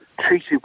treated